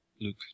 Luke